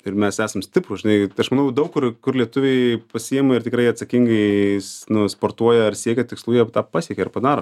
ir mes esam stiprūs žinai aš manau daug kur kur lietuviai pasiima ir tikrai atsakingais nu sportuoja ar siekia tikslų jie tą pasiekia ir padaro